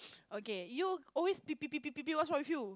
okay you always be be be be be what's wrong with you